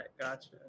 Gotcha